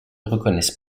reconnaissent